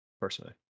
personally